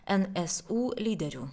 n s u lyderių